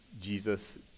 Jesus